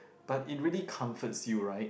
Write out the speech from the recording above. but it really comforts you right